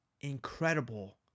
incredible